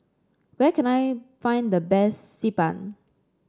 where can I find the best Xi Ban